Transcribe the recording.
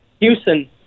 Houston